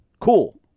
Cool